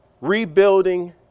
Rebuilding